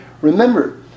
Remember